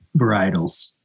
varietals